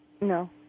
No